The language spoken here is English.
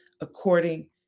according